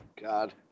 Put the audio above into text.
God